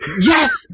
yes